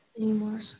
anymore